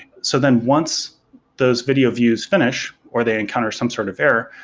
so then once those video views finish or they encounter some sort of error,